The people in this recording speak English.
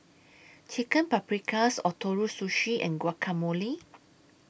Chicken Paprikas Ootoro Sushi and Guacamole